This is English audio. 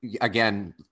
again